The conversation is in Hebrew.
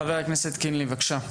חבר הכנסת קינלי בבקשה.